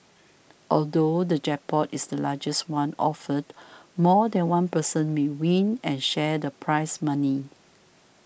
although the jackpot is the largest one offered more than one person may win and share the prize money